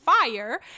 fire